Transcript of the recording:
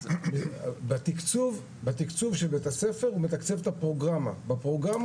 בתקצוב של בית-הספר הוא מתקצב את הפרוגרמה בפרוגרמה